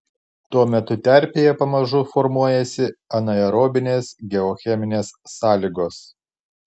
tuo metu terpėje pamažu formuojasi anaerobinės geocheminės sąlygos